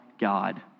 God